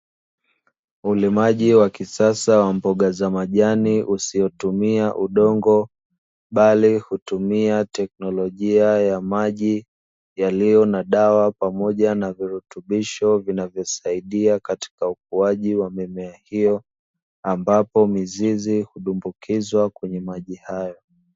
Ulimaji wa kisasa wa mboga za majani usiotumia udongo bali hutumia teknolojia ya maji yaliyo na dawa pamoja na virutubisho vinavyosaidia katika ukuaji wa mimea hiyo. Ambapo mizizi hutumbukizwa kwenye maji hayo.